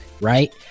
right